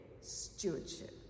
stewardship